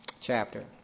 chapter